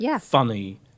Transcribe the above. funny